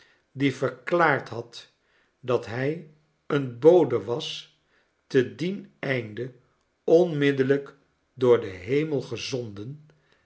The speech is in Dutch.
die verklaard had dat hij een bode was te dien einde onmiddellijk door den hemel gezonden